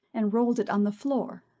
and rolled it on the floor,